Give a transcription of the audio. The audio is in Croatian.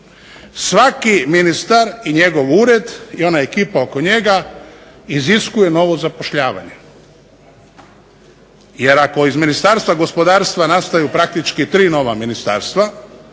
Svaki ministar i njegov ured i ona ekipa oko njega iziskuje novo zapošljavanje, jer ako iz Ministarstva gospodarstva nastaju praktički tri nova ministarstva,